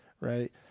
right